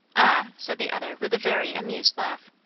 ah? said the other with a very amused laugh.